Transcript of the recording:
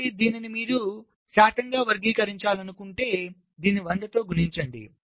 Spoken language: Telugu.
కాబట్టి మీరు దీన్ని శాతంగా వ్యక్తీకరించాలనుకుంటే దీన్ని 100 తో గుణించండి